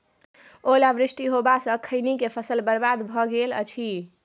ओला वृष्टी होबा स खैनी के फसल बर्बाद भ गेल अछि?